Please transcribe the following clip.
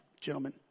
gentlemen